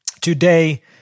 Today